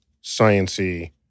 science-y